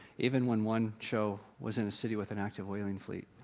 even when one show was in a city with an active whaling fleet.